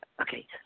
Okay